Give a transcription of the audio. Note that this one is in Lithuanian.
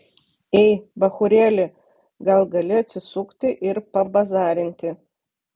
ei bachūrėli gal gali atsisukti ir pabazarinti